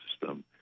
system